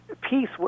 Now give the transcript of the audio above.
Peace